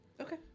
Okay